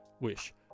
Wish